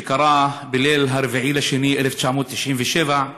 שקרה בליל 4 בפברואר 1997,